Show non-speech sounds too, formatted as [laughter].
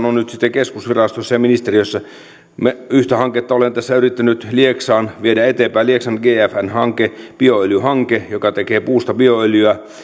[unintelligible] on sitten keskusvirastoissa ja ministeriöissä ollut vastustusta yhtä hanketta kohtaan jota olen tässä yrittänyt lieksaan viedä eteenpäin lieksan gfn hanke bioöljyhanke joka tekee puusta bioöljyä